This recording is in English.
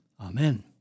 Amen